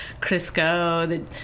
Crisco